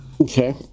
Okay